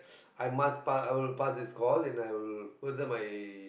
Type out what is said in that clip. I must pass I will pass this course and further my